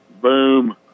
Boom